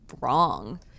wrong